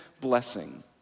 blessing